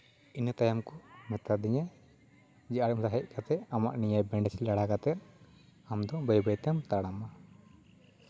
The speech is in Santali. ᱤᱱᱟᱹ ᱛᱟᱭᱚᱢ ᱠᱚ ᱢᱮᱛᱟᱫᱤᱧᱟᱹ ᱡᱮ ᱟᱨ ᱢᱤᱫ ᱫᱷᱟᱣ ᱦᱮᱡ ᱠᱟᱛᱮ ᱟᱢᱟᱜ ᱱᱤᱭᱟᱹ ᱵᱮᱱᱰᱮᱡᱽ ᱞᱟᱲᱟ ᱠᱟᱛᱮ ᱟᱢ ᱫᱚ ᱵᱟᱹᱭᱼᱵᱟᱹᱭ ᱛᱮᱢ ᱛᱟᱲᱟᱢᱟ